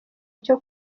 cyo